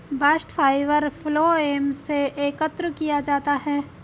bast fibre phloem से एकत्र किया जाता है